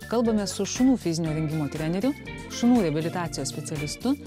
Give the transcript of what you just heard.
kalbamės su šunų fizinio rengimo treneriu šunų reabilitacijos specialistu